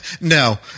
No